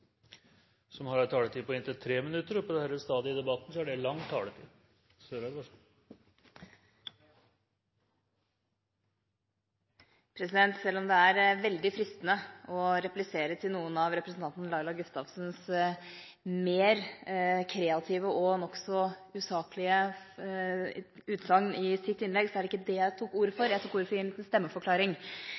som har en taletid på inntil 3 minutter. På dette stadiet i debatten er det lang taletid. Selv om det er veldig fristende å replisere til noen av representanten Laila Gustavsens mer kreative og nokså usaklige utsagn, er det ikke det jeg tok ordet for. Jeg tok ordet for å gi en liten stemmeforklaring.